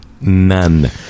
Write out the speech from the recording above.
None